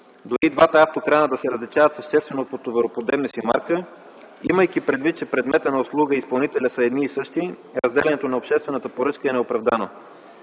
Дори двата автокрана да се различават естествено по товароподемната си марка, имайки предвид, че предметът на услуга и изпълнителят са едни и същи, разделянето на обществената поръчка е неоправдано.